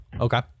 Okay